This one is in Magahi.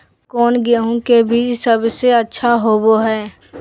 कौन गेंहू के बीज सबेसे अच्छा होबो हाय?